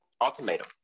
ultimatum